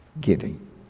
giving